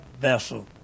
vessel